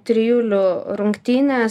trijulių rungtynės